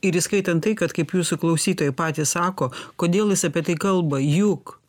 ir įskaitant tai kad kaip jūsų klausytojai patys sako kodėl jis apie tai kalba juk